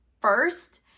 first